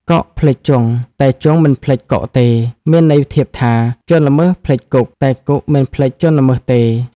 កុកភ្លេចជង់ តែជង់មិនភ្លេចកុកទេ មានន័យធៀបថា ជនល្មើសភ្លេចគុក តែគុកមិនភ្លេចជនល្មើសទេ។